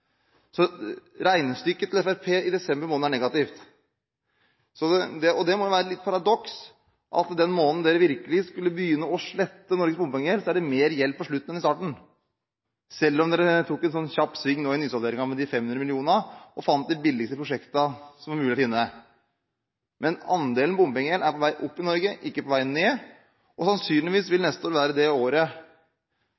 i opptak av bompengelån. Regnestykket til Fremskrittspartiet for desember måned er negativt. Det må være et lite paradoks at den måneden man virkelig skulle begynne å slette Norges bompengegjeld, er det mer gjeld på slutten enn på starten – selv om man tok en kjapp sving med 500 mill. kr nå i nysalderingen og fant de billigste prosjektene som er mulig å finne. Men andelen bompenger er på vei opp i Norge – ikke på vei ned. Sannsynligvis vil